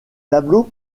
tableaux